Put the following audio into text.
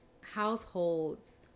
households